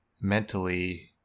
mentally